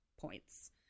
points